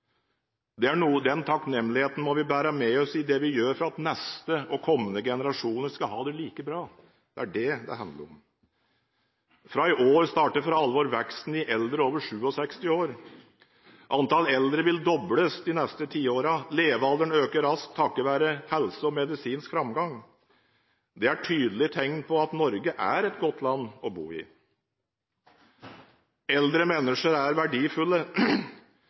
at neste og kommende generasjoner skal ha det like bra. Det er det det handler om. Fra i år starter for alvor veksten i eldre over 67 år. Antallet eldre vil dobles de neste tiårene. Levealderen øker raskt, takket være bedre helse og medisinsk framgang. Dette er et tydelig tegn på at Norge er et godt land å bo i. Eldre mennesker er verdifulle